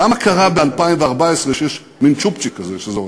למה קרה ב-2014 שיש מין צ'ופצ'יק כזה שזה עולה?